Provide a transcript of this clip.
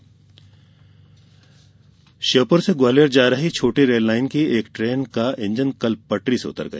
दुर्घटना श्योपूर से ग्वालियर जा रही छोटी रेल लाइन की ट्रेन का इंजन कल पटरी से उतर गया